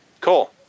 Cool